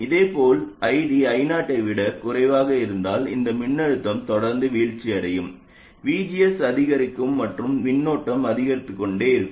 இதேபோல் ID I0 ஐ விட குறைவாக இருந்தால் இந்த மின்னழுத்தம் தொடர்ந்து வீழ்ச்சியடையும் விஜிஎஸ் அதிகரிக்கும் மற்றும் மின்னோட்டம் அதிகரித்துக்கொண்டே இருக்கும்